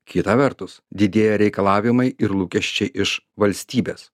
kita vertus didėja reikalavimai ir lūkesčiai iš valstybės